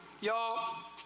Y'all